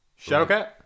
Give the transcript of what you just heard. Shadowcat